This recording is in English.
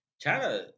China